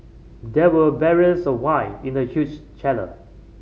there were barrels of wine in the huge cellar